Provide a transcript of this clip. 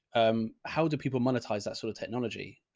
um, how do people monetize that sort of technology,